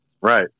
right